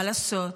מה לעשות?